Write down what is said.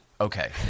Okay